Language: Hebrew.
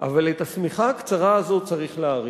אבל את השמיכה הקצרה הזאת צריך להאריך,